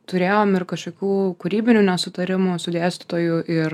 turėjom ir kažkokių kūrybinių nesutarimų su dėstytoju ir